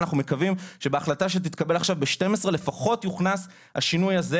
אנחנו מקווים שבהחלטה שתתקבל ב-12:00 לפחות יוכנס השינוי הזה